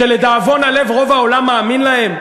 שלדאבון הלב רוב העולם מאמין להם?